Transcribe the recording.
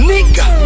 Nigga